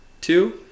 Two